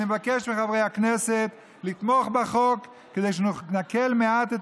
אני מבקש מחברי הכנסת לתמוך בחוק כדי שנקל מעט את